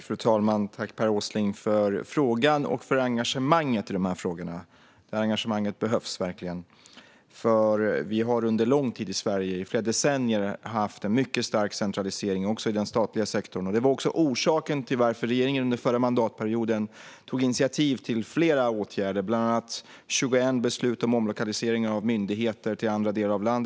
Fru talman! Jag tackar Per Åsling för frågan och för engagemanget i dessa frågor. Detta engagemang behövs verkligen. Vi har nämligen under lång tid i Sverige - i flera decennier - haft en mycket stark centralisering också i den statliga sektorn. Det var också orsaken till att regeringen under den förra mandatperioden tog initiativ till flera åtgärder, bland annat 21 beslut om omlokalisering av myndigheter till andra delar av landet.